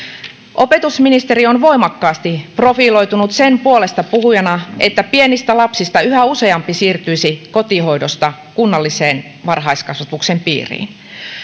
opetusministeri on voimakkaasti profiloitunut sen puolestapuhujana että pienistä lapsista yhä useampi siirtyisi kotihoidosta kunnallisen varhaiskasvatuksen piiriin